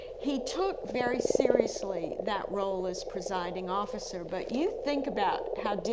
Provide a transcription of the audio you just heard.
he took very seriously that role as presiding officer but you think about how,